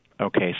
Okay